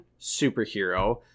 superhero